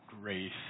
grace